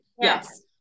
Yes